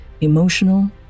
emotional